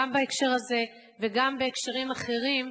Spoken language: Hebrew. גם בהקשר הזה וגם בהקשרים אחרים,